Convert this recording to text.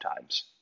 times